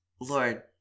Lord—